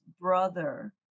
brother